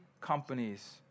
companies